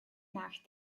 nach